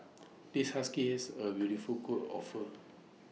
this husky's A beautiful coat of fur